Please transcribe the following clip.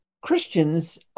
Christians